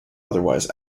otherwise